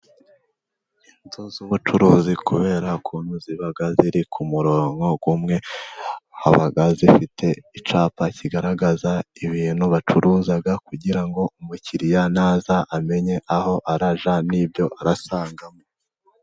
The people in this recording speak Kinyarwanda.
Inzu z'ubucuruzi kubera ukuntu ziba ziri ku murongo umwe, haba izifite icyapa kigaragaza ibintu bacuruza, kugira ngo umukiriya naza, amenye aho arajya, n'ibyo arasangamo.